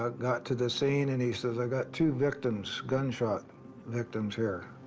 ah got to the scene, and he says, ah got two victims, gunshot victims, here.